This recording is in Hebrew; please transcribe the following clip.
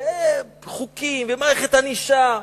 חוקים ומערכת ענישה,